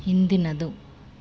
ಹಿಂದಿನದು